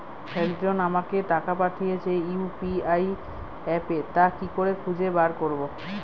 একজন আমাকে টাকা পাঠিয়েছে ইউ.পি.আই অ্যাপে তা কি করে খুঁজে বার করব?